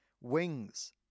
wings